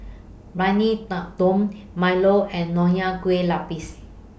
Briyani Dum Milo and Nonya Kueh Lapis